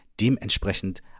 dementsprechend